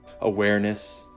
awareness